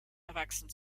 erwachsen